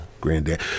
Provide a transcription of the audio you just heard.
Granddad